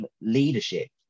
leadership